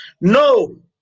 no